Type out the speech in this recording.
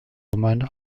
gemeinde